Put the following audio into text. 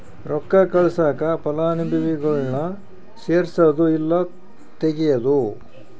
ರೊಕ್ಕ ಕಳ್ಸಾಕ ಫಲಾನುಭವಿಗುಳ್ನ ಸೇರ್ಸದು ಇಲ್ಲಾ ತೆಗೇದು